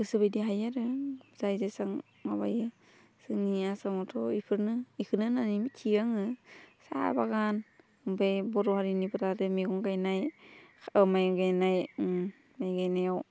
गोसो बायदि हायो आरो जाय जेसेबां माबायो जोंनि आसामावथ' बेफोरनो बेखौनो होन्नानै मिथियो आङो साहा बागान बे बर' हारिनिफोरा आरो मैगं गायनाय माइ गायनाय माइ गायनायाव